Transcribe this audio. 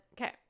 okay